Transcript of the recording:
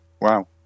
wow